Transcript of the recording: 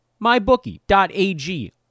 mybookie.ag